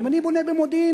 ואם אני בונה במודיעין,